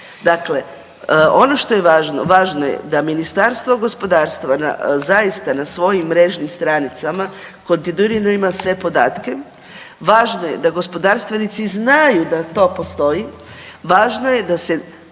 Dakle, ono što je važno, važno je da Ministarstvo gospodarstva na, zaista na svojim mrežnim stranicama kontinuirano ima sve podatke. Važno je da gospodarstvenici znaju da to postoji. Važno je da se